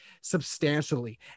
substantially